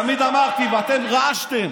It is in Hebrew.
תמיד אמרתי, ואתם רעשתם,